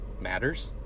matters